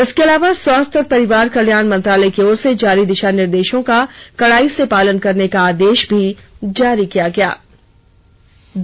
इसके अलावा स्वास्थ्य और परिवार कल्याण मंत्रालय की ओर से जारी दिशा निर्देशों का कड़ाई से पालन करने का आदेश भी जारी किया गया हैं